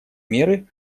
меры